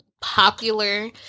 popular